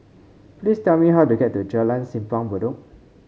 please tell me how to get to Jalan Simpang Bedok